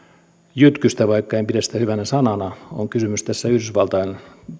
jytkystä vaikka en pidä sitä hyvänä sanana on kysymys tässä yhdysvaltain